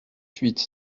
huit